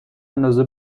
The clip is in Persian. اندازه